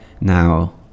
now